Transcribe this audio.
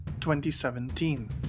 2017